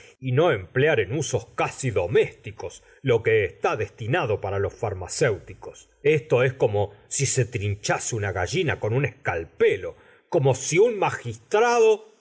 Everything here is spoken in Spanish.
y no emplear en usos casi domésticos lo que está destinado para los farmacéuticos esto es como si se trinchase una gallina con un escalpelo como si un magistrado